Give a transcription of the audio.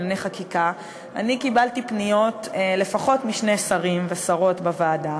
לענייני חקיקה אני קיבלתי פניות לפחות משני שרים ושרות בוועדה,